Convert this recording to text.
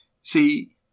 See